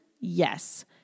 Yes